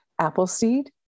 Appleseed